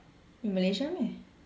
Malaysia meh